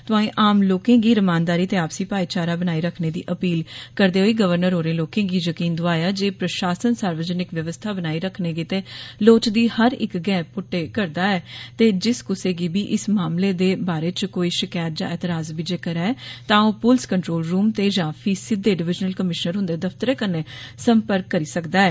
तौंआई आम लोकें गी रमानदारी ते आपसी भाई चारा बनाई रक्खने दी अपील करदे होई गवर्नर होरें लोकें गी यकीन दोआया ऐ जे प्रशासन सार्वजनिक व्यवस्था बनाई रक्खने लेई लोड़चदी हर इक गैं पुट्टै करदा ऐ ते जिस कुसै गी बी इस मामले दे बारै च कोई शकैत या एतराज बी जेकर ऐ तां ओ प्लस कंट्रोल रुम ते या फ्ही सिद्दे डिविजनल कमीशनर ह्न्दे दफ्तरै कन्नै सम्पर्क करी सकदा ऐ